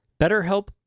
BetterHelp